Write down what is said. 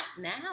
now